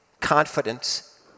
confidence